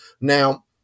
Now